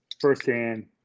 firsthand